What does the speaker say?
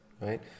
right